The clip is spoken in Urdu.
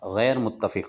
غیر متفق